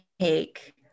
take